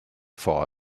for